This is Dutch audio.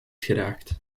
geraakt